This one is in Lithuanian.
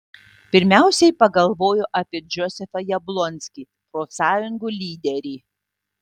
pirmiausiai pagalvojau apie džozefą jablonskį profsąjungų lyderį